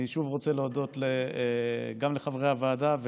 אני שוב רוצה להודות לחברי הוועדה,